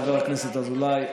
חבר הכנסת אזולאי,